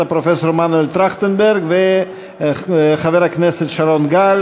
הפרופסור מנואל טרכטנברג וחבר הכנסת שרון גל.